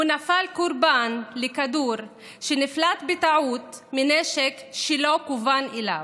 הוא נפל קורבן לכדור שנפלט בטעות מנשק שלא כוון אליו.